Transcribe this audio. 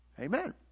amen